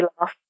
laugh